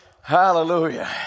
Hallelujah